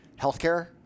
healthcare